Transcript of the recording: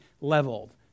leveled